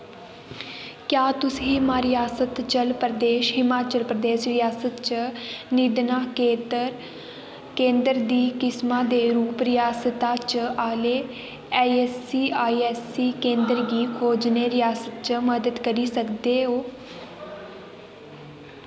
क्या तुस हिमाचल प्रदेश हिमाचल प्रदेश रियासत च निदान केंदर केंदर दी किसमा दे रूप रियासता च आह्ले ईऐस्सआईसी केंदरें गी खोजने रियासत च मदद करी सकदे ओ